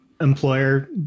employer